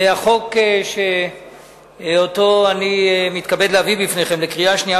החוק שאני מתכבד להביא בפניכם לקריאה שנייה